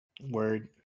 word